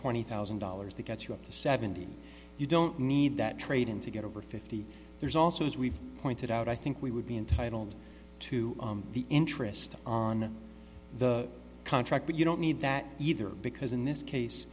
twenty thousand dollars that gets you up to seventy you don't need that trade in to get over fifty there's also as we've pointed out i think we would be entitled to the interest on the contract but you don't need that either because in this case